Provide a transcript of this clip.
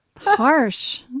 Harsh